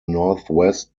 northwest